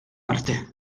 arte